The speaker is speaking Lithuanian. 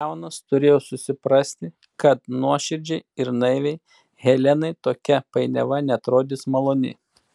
leonas turėjo susiprasti kad nuoširdžiai ir naiviai helenai tokia painiava neatrodys maloni